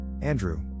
Andrew